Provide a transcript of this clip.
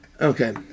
Okay